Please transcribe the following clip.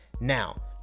Now